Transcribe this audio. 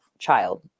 child